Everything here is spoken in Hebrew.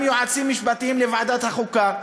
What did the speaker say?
גם יועצים משפטיים לוועדת החוקה,